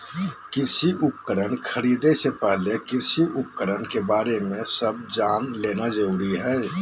कृषि उपकरण खरीदे से पहले कृषि उपकरण के बारे में सब जान लेना जरूरी हई